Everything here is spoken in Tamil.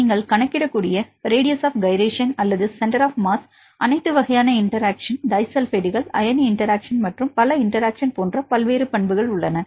நீங்கள் கணக்கிடக்கூடிய ரேடியஸ் ஆப் கைரேஷன் அல்லது சென்டர் ஆப் மாஸ் அனைத்து வகையான இன்டெராக்ஷன் டிஸல்பைடுகள் அயனி இன்டெராக்ஷன் மற்றும் பல இன்டெராக்ஷன் போன்ற பல்வேறு பண்புகள் உள்ளன